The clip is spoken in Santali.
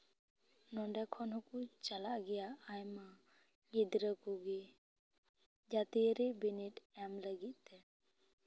ᱱᱚᱰᱮ ᱠᱷᱚᱱ ᱦᱚᱸᱠᱚ ᱪᱟᱞᱟᱜ ᱜᱮᱭᱟ ᱟᱭᱢᱟ ᱜᱤᱫᱽᱨᱟᱹ ᱠᱚᱜᱮ ᱡᱟᱹᱛᱤᱭᱟᱨᱤ ᱵᱤᱱᱤᱰ ᱮᱢ ᱞᱟᱹᱜᱤᱫ ᱛᱮ